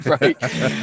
right